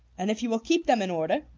and if you will keep them in order,